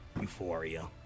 euphoria